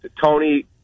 Tony